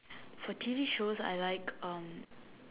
for T_V shows I like um